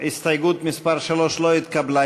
הסתייגות מס' 3 לא התקבלה.